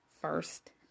first